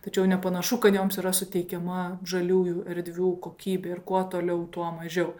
tačiau nepanašu kad joms yra suteikiama žaliųjų erdvių kokybė ir kuo toliau tuo mažiau